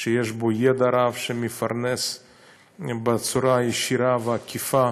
שיש בו ידע רב והוא מפרנס בצורה ישירה ועקיפה